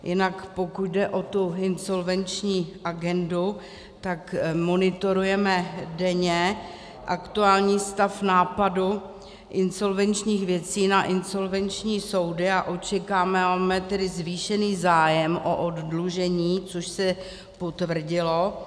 Jinak pokud jde o tu insolvenční agendu, tak monitorujeme denně aktuální stav nápadu insolvenčních věcí na insolvenční soudy a očekáváme zvýšený zájem o oddlužení, což se potvrdilo.